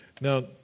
now